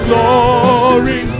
glory